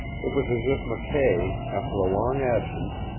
it was as if mckay, after a long absence,